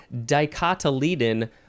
dicotyledon